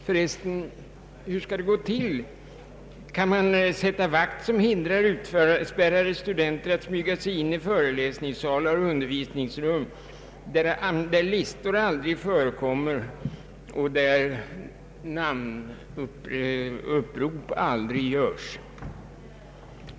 Hur skall det förresten gå till? Kan man sätta vakt som hindrar utspärrade studenter från att smyga sig in i föreläsningssalar och undervisningsrum, där listor aldrig cirkulerar och där namnupprop aldrig görs?